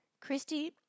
Christy